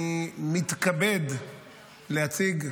אני מתכבד להציג,